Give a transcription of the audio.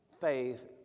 Faith